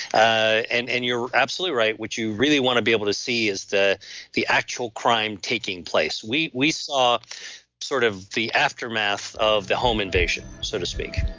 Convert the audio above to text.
and and you're absolutely right, what you really want to be able to see is the the actual crime taking place. we we saw sort of the aftermath of the home invasion so to speak